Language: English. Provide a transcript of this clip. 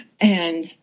and-